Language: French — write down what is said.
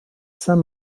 saint